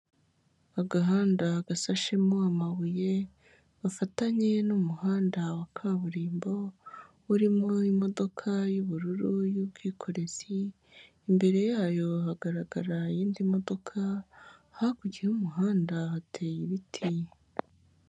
Agahanda gasashemo amabuye bafatanye n'umuhanda wa kaburimbo urimo imodoka y'ubururu y'ubwikorezi, imbere yayo hagara iyindi modoka, hakurya y'umuhanda hateye ibiti.